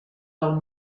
del